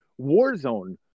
Warzone